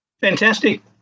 Fantastic